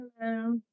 Hello